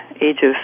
ages